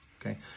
Okay